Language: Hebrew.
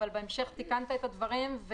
אבל בהמשך תיקנת את הדברים.